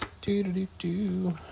Do-do-do-do